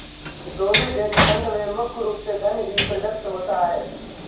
provident fund में मुख्य रूप से धन ही प्रदत्त होता है